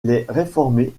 réformés